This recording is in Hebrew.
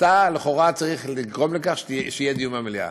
אתה לכאורה צריך לגרום לכך שיהיה דיון במליאה.